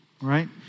right